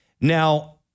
Now